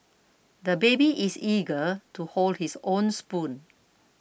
the baby is eager to hold his own spoon